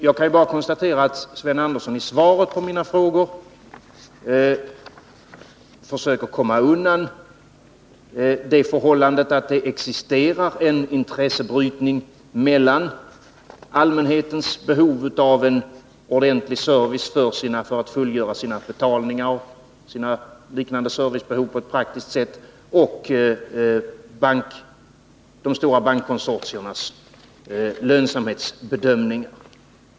Jag kan bara konstatera att Sven Andersson i svaret på mina frågor försöker komma undan det förhållandet att det existerar en intressebrytning mellan å ena sidan allmänhetens behov av en ordentlig service för fullgörandet av betalningar och liknande transaktioner och å andra sidan de stora bankkonsortiernas lönsamhetsbedömning.